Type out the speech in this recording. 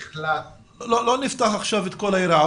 לא נפתח עכשיו את כל היריעה.